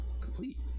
complete